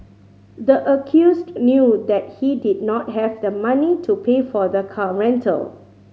the accused knew that he did not have the money to pay for the car rental